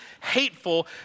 hateful